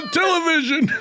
television